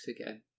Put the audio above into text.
again